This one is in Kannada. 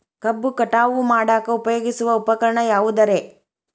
ಕಬ್ಬು ಕಟಾವು ಮಾಡಾಕ ಉಪಯೋಗಿಸುವ ಉಪಕರಣ ಯಾವುದರೇ?